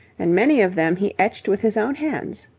and many of them he etched with his own hands.